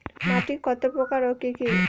মাটি কত প্রকার ও কি কি?